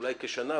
אולי כשנה,